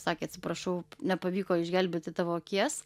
sakė atsiprašau nepavyko išgelbėti tavo akies